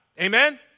Amen